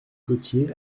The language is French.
gautier